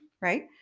right